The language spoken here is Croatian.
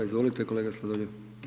Izvolite kolega Sladoljev.